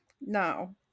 No